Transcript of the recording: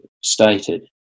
stated